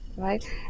right